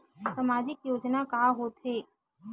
सामाजिक योजना का होथे?